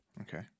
Okay